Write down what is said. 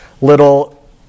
little